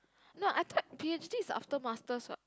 no I thought p_h_d is after masters what